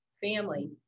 family